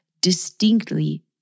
distinctly